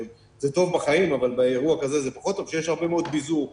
אבל באירוע כזה זה פחות טוב היא שיש הרבה מאוד ביזור.